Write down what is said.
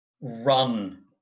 run